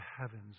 heavens